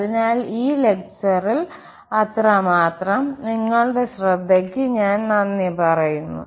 അതിനാൽ ഈ ലെക്ചറിൽ അത്രമാത്രം നിങ്ങളുടെ ശ്രദ്ധയ്ക്ക് ഞാൻ നന്ദി പറയുന്നു